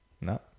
no